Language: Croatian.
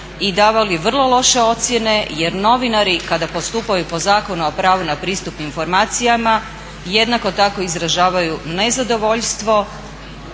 i davali vrlo loše ocjene jer novinari kada postupaju po Zakonu o pravu na pristup informacijama jednako tako izražavaju nezadovoljstvo